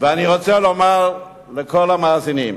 אני רוצה לומר לכל המאזינים: